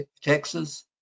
Texas